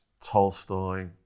Tolstoy